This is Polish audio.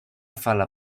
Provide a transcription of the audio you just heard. fala